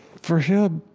for him,